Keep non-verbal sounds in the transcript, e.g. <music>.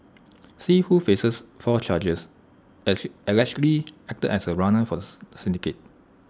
see who faces four charges <unintelligible> allegedly acted as A runner for the syndicate